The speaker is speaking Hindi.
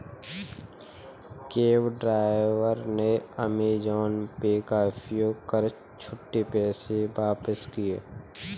कैब ड्राइवर ने अमेजॉन पे का प्रयोग कर छुट्टे पैसे वापस किए